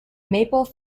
maple